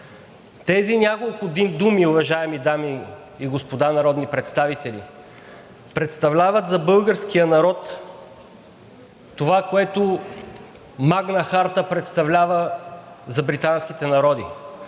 Тези няколко думи, уважаеми дами и господа народни представители, представляват за българския народ това, което Магна харта представлява за британските народи;